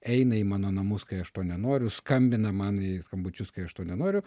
eina į mano namus kai aš to nenoriu skambina man skambučius kai aš to nenoriu